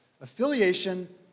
affiliation